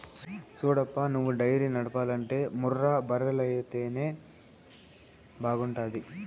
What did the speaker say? సూడప్పా నువ్వు డైరీ నడపాలంటే ముర్రా బర్రెలైతేనే బాగుంటాది